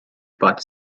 butt